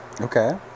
okay